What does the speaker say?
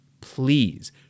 please